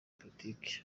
politike